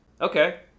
Okay